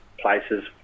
places